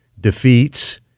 defeats